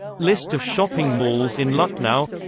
list of shopping malls in lucknow